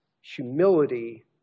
Humility